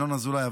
ינון אזולאי,